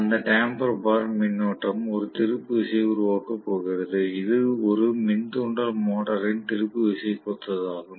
அந்த damper bar மின்னோட்டம் ஒரு திருப்பு விசையை உருவாக்கப் போகிறது இது ஒரு மின் தூண்டல் மோட்டாரின் திருப்பு விசைக்கு ஒத்ததாகும்